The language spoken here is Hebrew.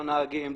לא נהגים,